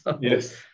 yes